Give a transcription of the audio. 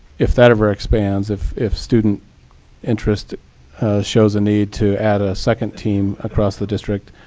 if that ever expands, if if student interest shows a need to add a second team across the district,